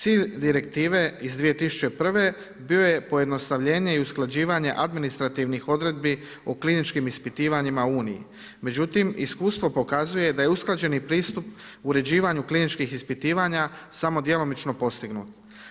Cilj direktive iz 2001. bio je pojednostavljenje i usklađivanje administrativnih odredbi u kliničkim ispitivanjima u Uniji, međutim iskustvo pokazuje da je usklađeni pristup uređivanju kliničkih ispitivanja samo djelomično postignut.